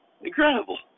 Incredible